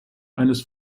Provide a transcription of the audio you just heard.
eines